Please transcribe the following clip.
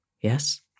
yes